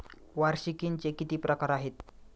वार्षिकींचे किती प्रकार आहेत?